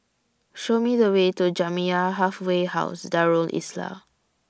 Show Me The Way to Jamiyah Halfway House Darul Islah